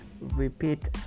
repeat